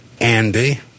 Andy